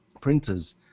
printers